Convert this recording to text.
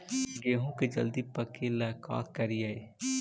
गेहूं के जल्दी पके ल का करियै?